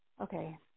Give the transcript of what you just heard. Okay